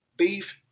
beef